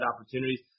opportunities